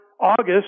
August